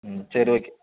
ம் சரி ஓகே